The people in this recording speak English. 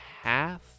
half